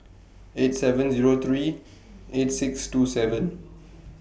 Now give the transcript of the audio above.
eight seven Zero three eight six two seven